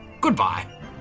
Goodbye